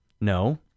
No